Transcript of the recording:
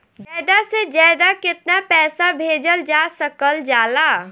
ज्यादा से ज्यादा केताना पैसा भेजल जा सकल जाला?